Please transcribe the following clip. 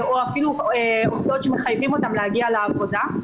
או אפילו עובדות שמחייבים אותן להגיע לעבודה.